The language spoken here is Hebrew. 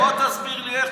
בוא תסביר לי איך.